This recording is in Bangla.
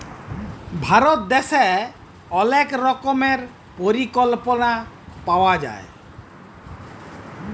ভারত দ্যাশে অলেক রকমের পরিকল্পলা পাওয়া যায়